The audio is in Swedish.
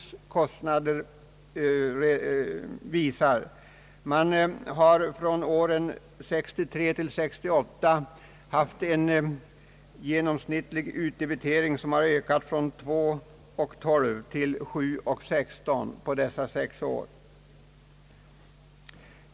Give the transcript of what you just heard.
Den genomsnittliga utdebiteringen har från år 1963 till år 1968 ökat från 2,12 till 7,16 kronor.